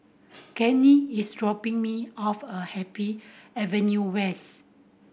Kenny is dropping me off at Happy Avenue West